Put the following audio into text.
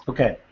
Okay